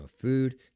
food